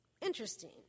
Interesting